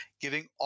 giving